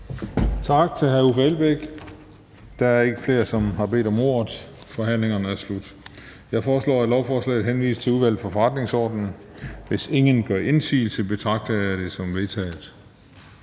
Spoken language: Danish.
Tak til hr. Uffe Elbæk. Der er ikke flere, der har bedt om ordet. Forhandlingen er slut. Jeg foreslår, at forslaget henvises til Udvalget for Forretningsordenen. Hvis ingen gør indsigelse, betragter jeg dette som vedtaget.